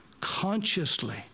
consciously